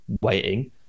waiting